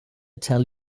tell